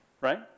Right